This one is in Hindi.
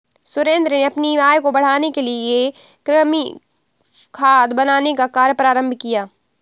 सुरेंद्र ने अपनी आय बढ़ाने के लिए कृमि खाद बनाने का कार्य प्रारंभ किया